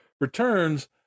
returns